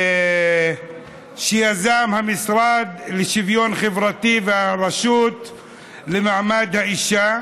שיזמו המשרד לשוויון חברתי והרשות למעמד האישה,